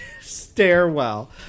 stairwell